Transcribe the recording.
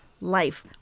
life